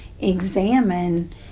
examine